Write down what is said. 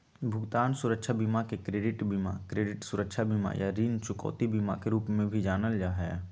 भुगतान सुरक्षा बीमा के क्रेडिट बीमा, क्रेडिट सुरक्षा बीमा, या ऋण चुकौती बीमा के रूप में भी जानल जा हई